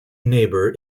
neighbour